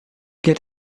get